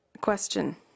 Question